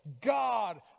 God